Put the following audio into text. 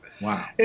wow